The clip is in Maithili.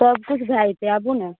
सब किछु भऽ जेतै आबू ने